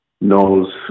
knows